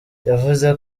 yavuze